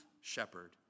shepherd